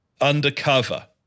undercover